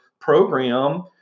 program